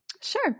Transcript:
Sure